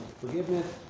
forgiveness